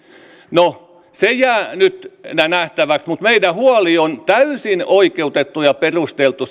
no se jää nyt nähtäväksi mutta meidän huoli siitä miten aloituspaikkojen käy on täysin oikeutettu ja perusteltu